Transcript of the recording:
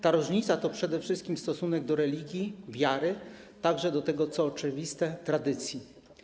Ta różnica to przede wszystkim stosunek do religii, wiary, a także do tego, co oczywiste - tradycji.